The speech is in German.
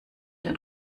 den